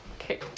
Okay